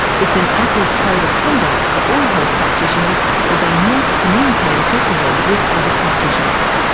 it's in ahpra's code of conduct for all health practitioners that they must communicate effectively with other practitioners.